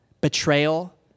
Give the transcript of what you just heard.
betrayal